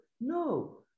No